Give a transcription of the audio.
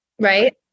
right